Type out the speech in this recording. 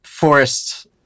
Forest